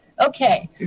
okay